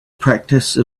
practice